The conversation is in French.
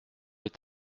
est